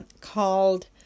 called